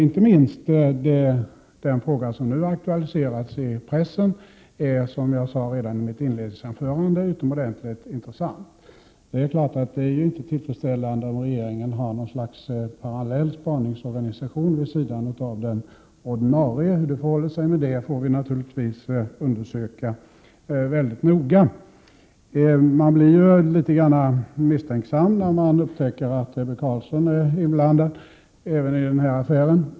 Inte minst den fråga som nu aktualiseras i pressen är, som jag sade redan i mitt inledningsanförande, utomordentligt intressant. Det är inte tillfredsställande om regeringen har något slags parallell spaningsorganisation vid sidan av den ordinarie. Hur det förhåller sig med den saken får vi naturligtvis undersöka mycket noga. Man blir ju litet misstänksam när man upptäcker att Ebbe Carlsson är inblandad även i denna affär.